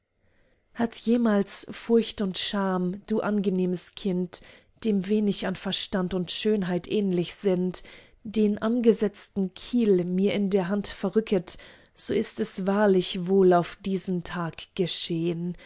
hat jemals furcht und scham du angenehmes kind dem wenig an verstand und schönheit ähnlich sind den angesetzten kiel mir in der hand verrücket so ist es wahrlich wohl auf diesen tag geschehn